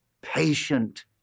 patient